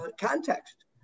context